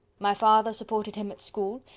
my father supported him at school,